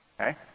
Okay